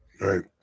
Right